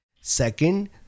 second